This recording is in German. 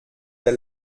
der